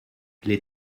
les